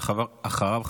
ואחריו,